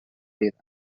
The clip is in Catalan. vida